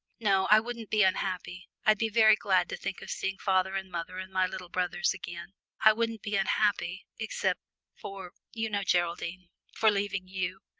no, i wouldn't be unhappy i'd be very glad to think of seeing father and mother and my little brothers again i wouldn't be unhappy, except for you know, geraldine for leaving you,